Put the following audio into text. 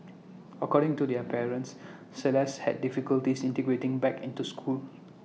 according to their parents celeste had difficulties integrating back into school